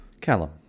Callum